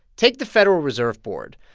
take the federal reserve board.